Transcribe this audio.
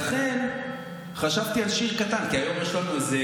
לכן חשבתי על שיר קטן, כי היום יש איזה,